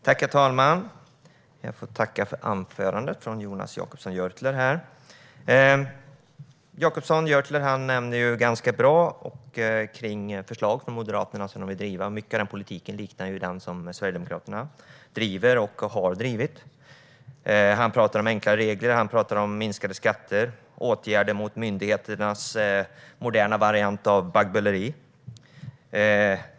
Herr talman! Jag tackar för anförandet av Jonas Jacobsson Gjörtler. Han nämner ganska bra förslag som Moderaterna vill driva. Mycket av politiken liknar den som Sverigedemokraterna driver och har drivit. Han talar om enklare regler, minskade skatter och åtgärder mot myndigheternas moderna variant av baggböleri.